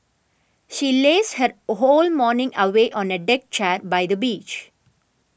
she lazed her a whole morning away on a deck chair by the beach